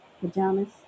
pajamas